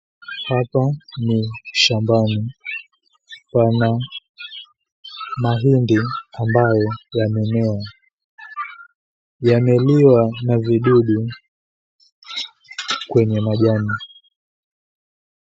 Hapa ni shambani pana mahindi ambayo yamemea. Yameliwa na vidudu kwenye majani.